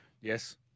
Yes